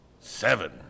seven